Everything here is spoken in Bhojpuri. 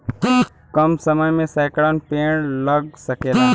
कम समय मे सैकड़न पेड़ लग सकेला